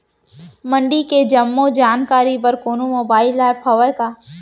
मंडी के जम्मो जानकारी बर कोनो मोबाइल ऐप्प हवय का?